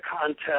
contest